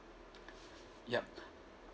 yup